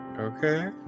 Okay